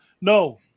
No